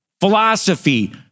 philosophy